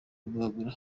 rubangura